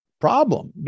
problem